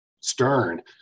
stern